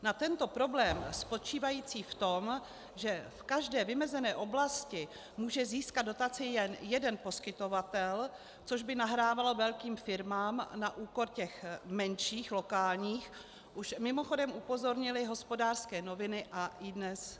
Na tento problém spočívající v tom, že v každé vymezené oblasti může získat dotaci jen jeden poskytovatel, což by nahrávalo velkým firmám na úkor těch menších, lokálních, už mimochodem upozornily Hospodářské noviny a iDNES.cz